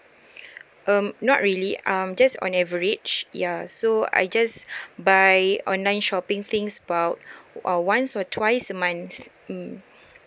um not really I'm just on average ya so I just buy online shopping things about uh once or twice a month mm